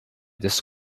this